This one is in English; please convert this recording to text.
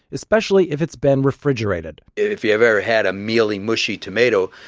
especially if it's been refrigerated if you've ever had a mealy, mushy tomato,